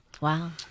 Wow